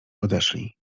odeszli